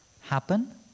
happen